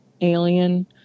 alien